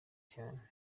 cyane